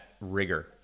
rigor